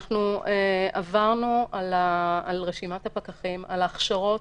אנחנו עברנו על רשימת הפקחים, על ההכשרות